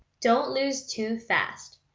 don't lose too fast.